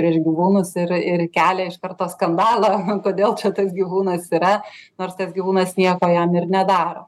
prieš gyvūnus ir ir kelia iš karto skandalą kodėl čia tas gyvūnas yra nors tas gyvūnas nieko jam ir nedaro